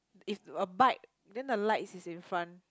is a bike then the lights is in front